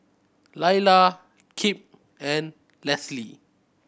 Lailah Kip and Lesli